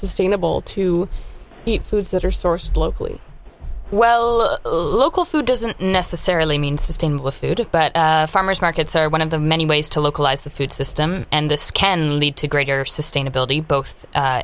sustainable to eat foods that are sourced locally well a local food doesn't necessarily mean sustainable food but farmers markets are one of the many ways to localize the food system and this can lead to greater sustainability both